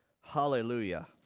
Hallelujah